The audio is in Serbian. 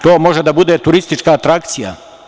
To može da bude turistička atrakcija.